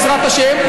בעזרת השם.